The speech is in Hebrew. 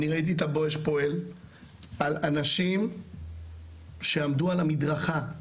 אני ראיתי את ה"בואש" פועל על אנשים שעמדו על המדרכה,